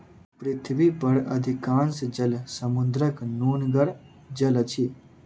पृथ्वी पर अधिकांश जल समुद्रक नोनगर जल अछि